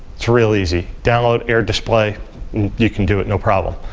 it's real easy. download air display you can do it, no problem.